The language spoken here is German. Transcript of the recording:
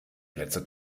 plätze